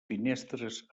finestres